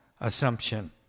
assumption